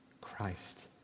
Christ